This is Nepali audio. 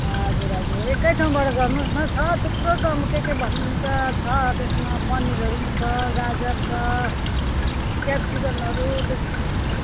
हजुर हजुर एक ठाउँबाट गर्नु होस् न छ थुप्रो छ के के भन्नु हुन्छ छ त्यसमा पनिरहरू छ गाजर छ क्याप्सिकमहरू